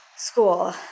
School